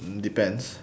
mm depends